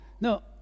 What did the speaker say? No